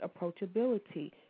approachability